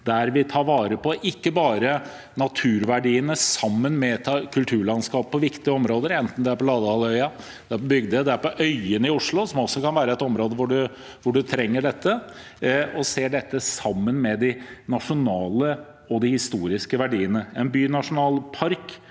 der vi tar vare på naturverdiene sammen med kulturlandskapet på viktige områder – enten det er på Ladehalvøya, Bygdøy eller øyene i Oslo, som også kan være et område hvor man trenger dette – og ser dette sammen med de nasjonale og historiske verdiene. Bynasjonalpark